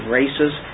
races